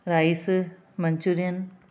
rice manchurian